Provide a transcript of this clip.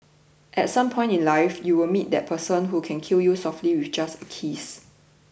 at some point in life you will meet that person who can kill you softly with just a kiss